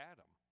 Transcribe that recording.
Adam